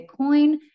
Bitcoin